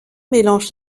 mélange